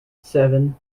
seven